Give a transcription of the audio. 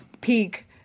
peak